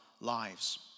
lives